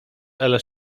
elę